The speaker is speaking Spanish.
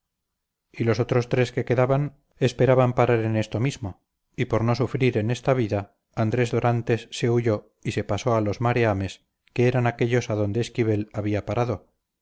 y los otros tres que quedaban esperaban parar en esto mismo y por no sufrir en esta vida andrés dorantes se huyó y se pasó a los mareames que eran aquéllos adonde esquivel había parado